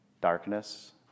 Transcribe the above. darkness